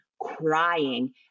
crying